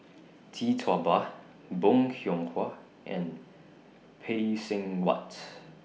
Tee Tua Ba Bong Hiong Hwa and Phay Seng Whatt